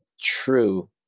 true